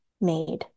made